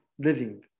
living